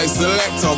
select